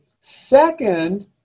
Second